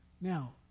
Now